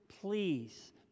please